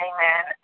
Amen